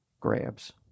grabs